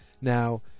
Now